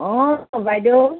অ বাইদেউ